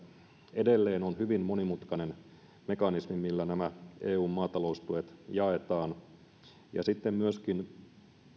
edelleen on hyvin monimutkainen mekanismi millä nämä eun maataloustuet jaetaan sitten myöskin